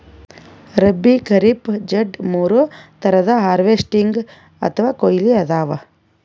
ರಬ್ಬೀ, ಖರೀಫ್, ಝೆಡ್ ಮೂರ್ ಥರದ್ ಹಾರ್ವೆಸ್ಟಿಂಗ್ ಅಥವಾ ಕೊಯ್ಲಿ ಅದಾವ